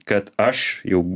kad aš jau